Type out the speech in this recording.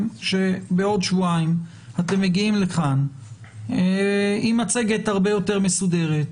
שבעוד שבועיים אתם מגיעים לכאן עם מצגת הרבה יותר מסודרת,